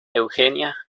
eugenia